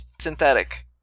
Synthetic